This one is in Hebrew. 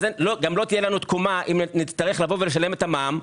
אז גם לא תהיה לנו תקומה אם נצטרך לבוא ולשלם את המע"מ.